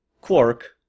Quark